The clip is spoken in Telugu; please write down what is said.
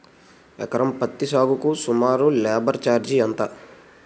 ఎకరం పత్తి సాగుకు సుమారు లేబర్ ఛార్జ్ ఎంత?